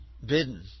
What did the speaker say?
bidden